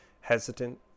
hesitant